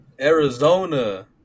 Arizona